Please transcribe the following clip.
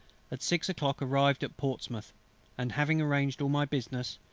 at six o'clock arrived at portsmouth and having arranged all my business,